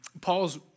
Paul's